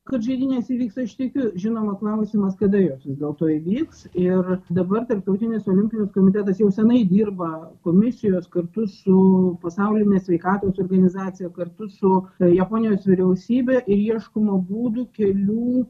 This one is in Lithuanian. kad žaidynės įvyks aš tikiu žinoma klausimas kada jos vis dėlto įvyks ir dabar tarptautinis olimpinis komitetas jau senai dirba komisijos kartu su pasauline sveikatos organizacija kartu su japonijos vyriausybe ir ieškoma būdų kelių